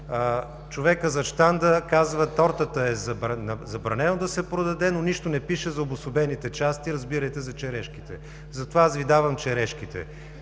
Човекът зад щанда казва: тортата е забранено да се продаде, но нищо не пише за обособените части, разбирайте за черешките, затова аз Ви давам черешките.